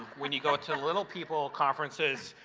when you go to little people conferences,